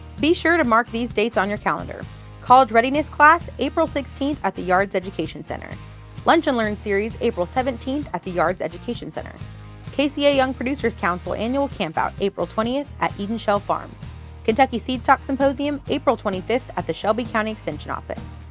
be sure to mark these dates on your calendar college readiness class, april sixteen at the yards education center lunch and learn series, april seventeen at the yards education center kca young producer's council annual campout, april twenty at eden shale farm kentucky seedstock symposium, april twenty five at the shelby county extension office